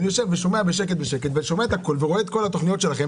אני יושב ושומע בשקט ורואה את כל התוכניות שלכם